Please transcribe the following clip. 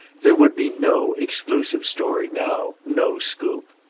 there would be no exclusive story now, no scoop.